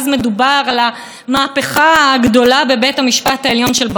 עד היום הוא פסל 18 חוקים בסך הכול.